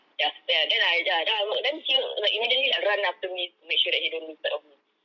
ya then I then I walk then he was immediately like run after me to make sure that he don't lose sight of me